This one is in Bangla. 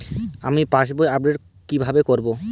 আমি পাসবই আপডেট কিভাবে করাব?